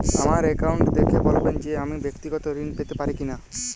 আমার অ্যাকাউন্ট দেখে বলবেন যে আমি ব্যাক্তিগত ঋণ পেতে পারি কি না?